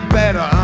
better